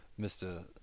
Mr